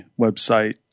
website